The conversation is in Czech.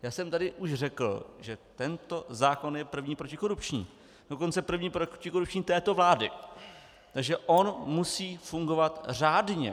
Já jsem tady už řekl, že tento zákon je první protikorupční, dokonce první protikorupční této vlády, takže on musí fungovat řádně.